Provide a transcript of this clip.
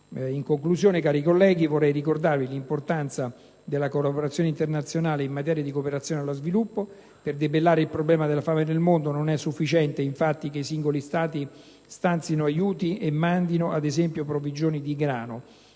In conclusione, cari colleghi, vorrei ricordarvi l'importanza della collaborazione internazionale in materia di cooperazione allo sviluppo. Per debellare il problema della fame nel mondo non è sufficiente, infatti, che i singoli Stati stanzino aiuti e mandino, ad esempio, provvigioni di grano.